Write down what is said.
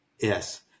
Yes